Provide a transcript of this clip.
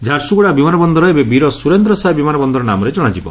ଝାରସୁଗୁଡା ବିମାନ ବନ୍ଦର ଏବେ ବୀର ସୁରେନ୍ଦ୍ର ସାଏ ବିମାନ ବନ୍ଦର ନାମରେ ଜଣାଯିବ